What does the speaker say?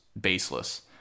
baseless